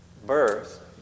Birth